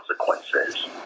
consequences